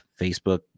facebook